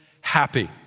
happy